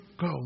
go